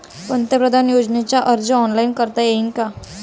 पंतप्रधान योजनेचा अर्ज ऑनलाईन करता येईन का?